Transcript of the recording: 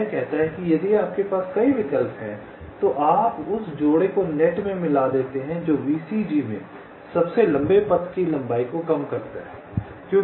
यह कहता है कि यदि आपके पास कई विकल्प हैं तो आप उस जोड़े को नेट में मिला देते हैं जो VCG में सबसे लंबे पथ की लंबाई को कम करता है